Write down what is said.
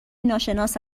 ناشناس